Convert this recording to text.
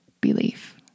belief